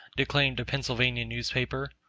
declaimed a pennsylvania newspaper.